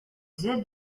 did